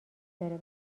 داره